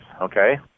Okay